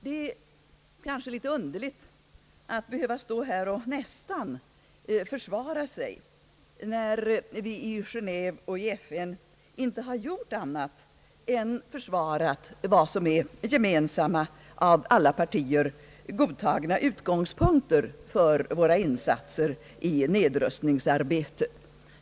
Det är litet underligt att behöva stå här och nästan försvara sig, när vi i Geneve och FN inte har gjort annat än försvarat vad som är gemensamma och av alla partier godtagna utgångspunkter för våra insatser i nedrustningsarbetet.